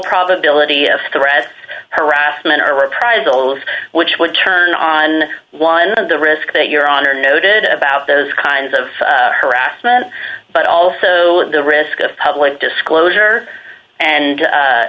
probability of the rest harassment or reprisals which would turn on one of the risk that your honor noted about those kinds of harassment but also the risk of public disclosure